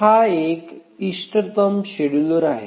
EDF इष्टतम scheduler आहे